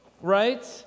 right